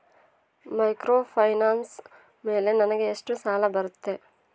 Microfinance ಮೇಲೆ ನನಗೆ ಎಷ್ಟು ಸಾಲ ಬರುತ್ತೆ?